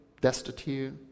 destitute